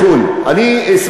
אני מבקש מהשר,